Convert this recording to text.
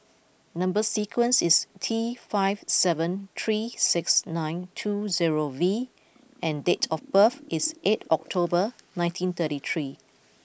number sequence is T five seven three six nine two zero V and date of birth is eight October nineteen thirty three